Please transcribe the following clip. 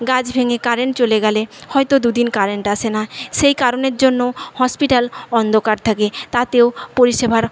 গাছ ভেঙ্গে কারেন চলে গেলে হয়তো দু দিন কারেন্ট আসে না সেই কারণের জন্য হসপিটাল অন্ধকার থাকে তাতেও পরিষেবার